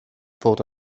fod